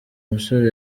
musore